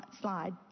slide